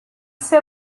ser